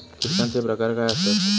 कीटकांचे प्रकार काय आसत?